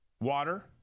water